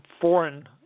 foreign